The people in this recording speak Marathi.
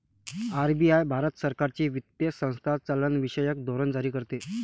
आर.बी.आई भारत सरकारची वित्तीय संस्था चलनविषयक धोरण जारी करते